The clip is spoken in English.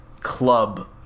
club